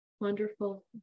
Wonderful